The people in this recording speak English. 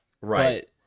Right